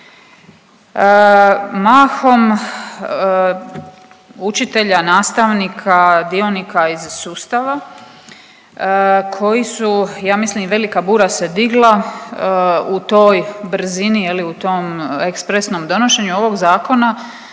mahom učitelja, nastavnika, dionika iz sustava koji su ja mislim i velika bura se digla u toj brzini je li u tom ekspresnom donošenju ovog zakona